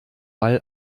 wall